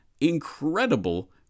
incredible